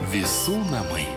visų namai